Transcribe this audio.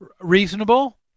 reasonable